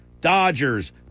Dodgers